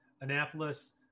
Annapolis